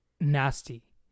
nasty